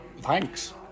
Thanks